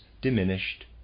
diminished